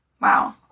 Wow